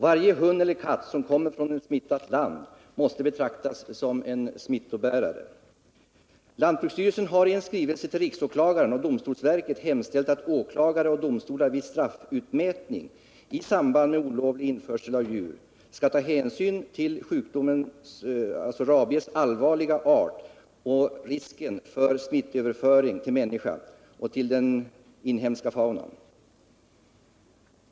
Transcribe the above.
Varje hund eller katt som kommer från ett smittat land måste betraktas som en smittobä Lantbruksstyrelsen har i en skrivelse till riksåklagaren och domstolsverket hemställt, att åklagare och domstolar vid straffutmätning i samband med olovlig införsel av djur skall ta hänsyn till rabies allvarliga art och risken för Nr 49 smittoöverföring till människan och till den inhemska faunan.